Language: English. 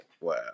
Wow